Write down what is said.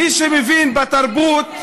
מי שמבין בתרבות,